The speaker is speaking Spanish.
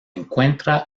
encuentra